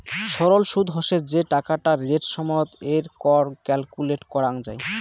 সরল সুদ হসে যে টাকাটা রেট সময়ত এর কর ক্যালকুলেট করাঙ যাই